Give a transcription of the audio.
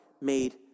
made